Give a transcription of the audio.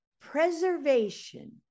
preservation